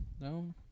No